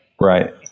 Right